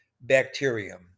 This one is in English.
bacterium